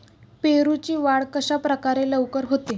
पेरूची वाढ कशाप्रकारे लवकर होते?